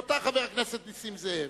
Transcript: נותר חבר הכנסת נסים זאב.